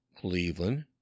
Cleveland